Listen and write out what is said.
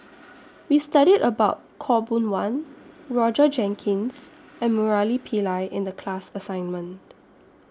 We studied about Khaw Boon Wan Roger Jenkins and Murali Pillai in The class assignment